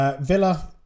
Villa